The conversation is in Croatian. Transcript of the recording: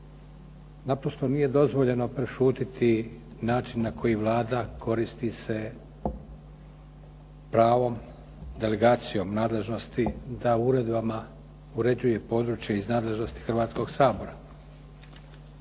Naprosto nije dozvoljeno prešutjeti način na koji Vlada koristi se pravom delegacijom nadležnosti da uredbama uređuje područja iz nadležnosti Hrvatskoga sabora.